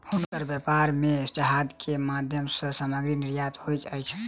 हुनकर व्यापार में जहाज के माध्यम सॅ सामग्री निर्यात होइत अछि